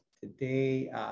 today